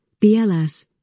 BLS